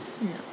No